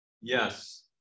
Yes